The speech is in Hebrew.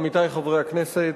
עמיתי חברי הכנסת,